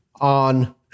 on